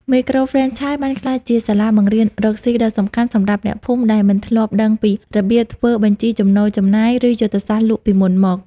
មីក្រូហ្វ្រេនឆាយបានក្លាយជា "សាលាបង្រៀនរកស៊ី" ដ៏សំខាន់សម្រាប់អ្នកភូមិ ដែលមិនធ្លាប់ដឹងពីរបៀបធ្វើបញ្ជីចំណូលចំណាយ ឬយុទ្ធសាស្ត្រលក់ពីមុនមក។